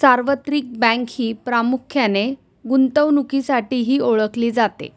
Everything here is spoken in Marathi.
सार्वत्रिक बँक ही प्रामुख्याने गुंतवणुकीसाठीही ओळखली जाते